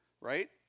Right